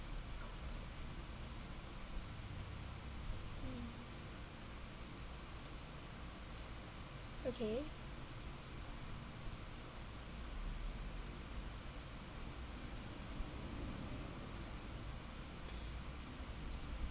hmm okay